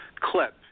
clip